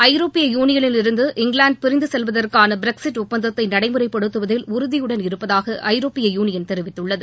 ஐரோப்பிய யூனியனிலிருந்து இங்கிலாந்து பிரிந்து செல்வதற்கான பிரக்ஸிட் ஒப்பந்தத்தை நடைமுறைப்படுத்துவதில் உறுதியுடன் இருப்பதாக ஐரோப்பிய யூளியன் தெரிவித்துள்ளது